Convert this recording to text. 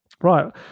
Right